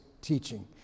teaching